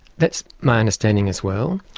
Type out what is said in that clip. that's my understanding as well.